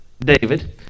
David